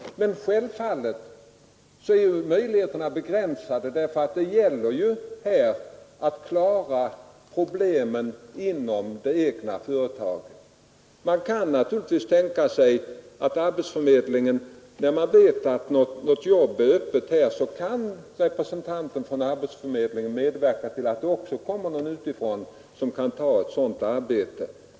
Självfallet är möjligheterna begränsade, för det gäller ju här att klara problemen inom det egna företaget. Man kan naturligtvis tänka sig att arbetsförmedlingen — när den får veta att något jobb är öppet medverkar till att det också kommer någon utifrån som kan ta ett sådant arbete.